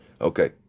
Okay